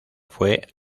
fue